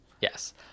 Yes